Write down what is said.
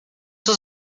was